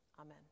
Amen